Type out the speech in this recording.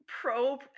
pro